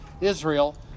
Israel